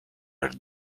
are